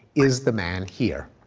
is the man here?